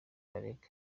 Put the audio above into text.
birego